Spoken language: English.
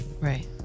right